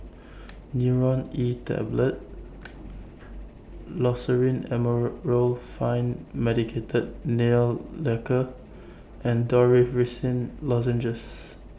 Nurogen E Tablet Loceryl Amorolfine Medicated Nail Lacquer and Dorithricin Lozenges